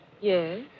Yes